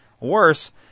Worse